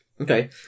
Okay